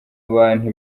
abantu